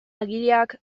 agiriak